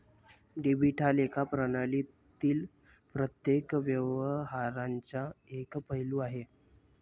debit हा लेखा प्रणालीतील प्रत्येक व्यवहाराचा एक पैलू आहे